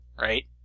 right